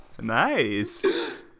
nice